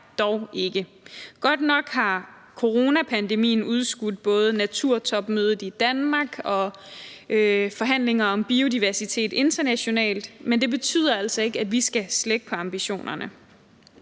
dog ikke. Godt nok har coronapandemien udskudt både naturtopmødet i Danmark og forhandlinger om biodiversitet internationalt, men det betyder altså ikke, at vi skal slække på ambitionerne.